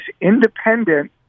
independent